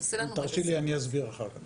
אם תרשי לי, אני אסביר אחר כך.